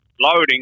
loading